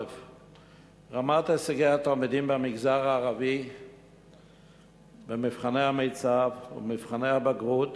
רמת הישגי התלמידים במגזר הערבי במבחני המיצ"ב ובמבחני הבגרות